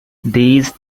these